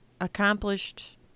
accomplished